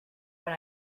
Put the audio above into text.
when